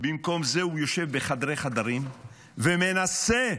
במקום זה הוא יושב בחדרי-חדרים, ומנסה,